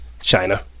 China